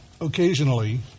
occasionally